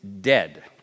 dead